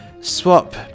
swap